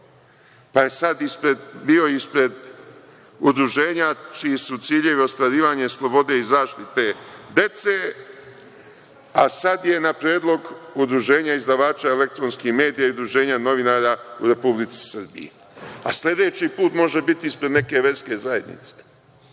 na prozor, bio je ispred udruženja, čiji su ciljevi ostvarivanje slobode i zaštite dece, a sada je na predlog Udruženja izdavača elektronskih medija i Udruženje novinara u Republici Srbiji, a sledeći put može biti ispred neke verske zajednice. Što